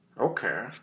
Okay